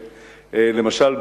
למשל,